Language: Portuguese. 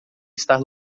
estar